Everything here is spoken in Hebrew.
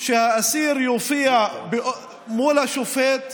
שהאסיר יופיע מול השופט,